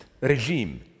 regime